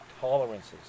tolerances